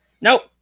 Nope